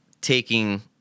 taking